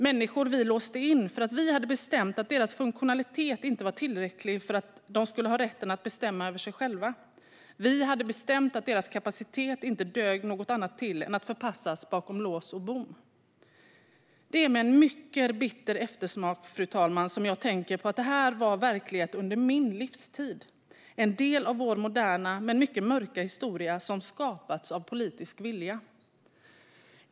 Vi låste in människor för att vi hade bestämt att deras funktionalitet inte var tillräcklig för att de skulle ha rätten att bestämma över sig själva. Vi hade bestämt att deras kapacitet inte dög något annat till än att förpassas bakom lås och bom. Det är med en mycket bitter eftersmak, fru talman, som jag tänker på att det här var en verklighet under min livstid och en del av vår moderna men mycket mörka historia som skapats av politisk vilja.